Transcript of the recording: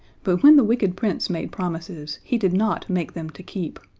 but when the wicked prince made promises he did not make them to keep.